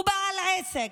הוא בעל עסק,